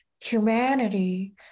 humanity